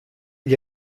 gli